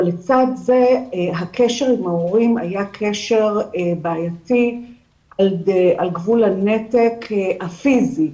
אבל לצד זה הקשר עם ההורים היה קשר בעייתי על גבול הנתק הפיזי.